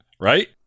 right